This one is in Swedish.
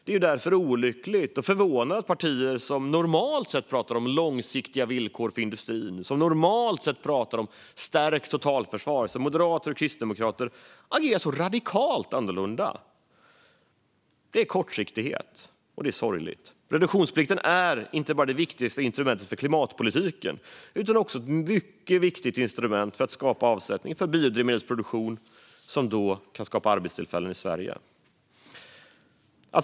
Det är därför olyckligt och förvånande att partier som normalt sett pratar om långsiktiga villkor för industrin och som normalt sett pratar om att stärka totalförsvaret - Moderaterna och Kristdemokraterna - agerar så radikalt annorlunda. Det är kortsiktighet, och det är sorligt. Reduktionsplikten är inte bara det viktigaste instrumentet för klimatpolitiken utan också ett mycket viktigt instrument för att skapa avsättning för biodrivmedelsproduktion, som då kan skapa arbetstillfällen i Sverige.